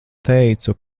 teicu